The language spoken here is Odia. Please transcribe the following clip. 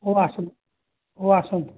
ହଉ ଆସନ୍ତୁ ହଉ ଆସନ୍ତୁ